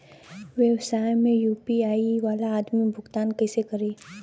व्यवसाय में यू.पी.आई वाला आदमी भुगतान कइसे करीं?